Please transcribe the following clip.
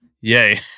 Yay